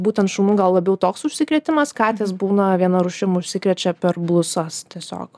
būtent šunų gal labiau toks užsikrėtimas katės būna viena rūšim užsikrečia per blusas tiesiog